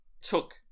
took